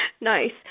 Nice